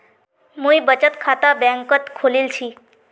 मुई बचत खाता बैंक़त खोलील छि